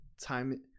time